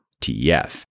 TEF